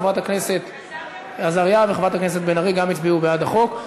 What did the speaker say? חברת הכנסת עזריה וחברת הכנסת בן ארי גם הצביעו בעד החוק.